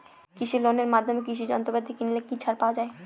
কৃষি লোনের মাধ্যমে কৃষি যন্ত্রপাতি কিনলে কি ছাড় পাওয়া যায়?